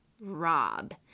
Rob